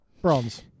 Bronze